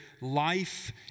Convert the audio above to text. life